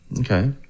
Okay